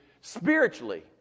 spiritually